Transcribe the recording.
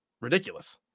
ridiculous